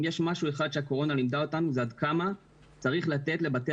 אם יש משהו אחד שהקורונה לימדה אותנו זה עד כמה צריך לתת לבתי